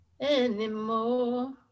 anymore